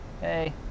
Hey